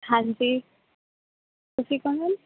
ਹਾਂਜੀ ਤੁਸੀਂ ਕੌਣ ਮੈਮ